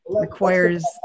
requires